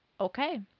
Okay